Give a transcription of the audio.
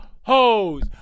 hoes